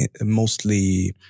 mostly